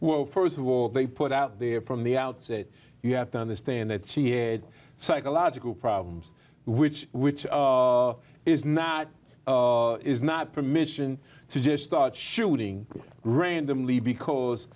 well st of all they put out there from the outset you have to understand that she had psychological problems which which is not is not permission to just start shooting randomly because